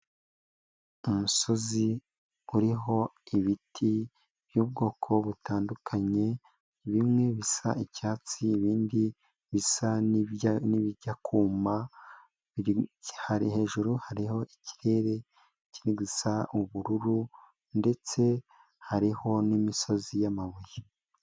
Umusozi uriho ibiti by'ubwoko butandukanye, bimwe bisa icyatsi, ibindi bisa n'ibijya kuma, hejuru hariho ikirere kiri gusa ubururu, ndetse hariho n'imisozi y'amabuye.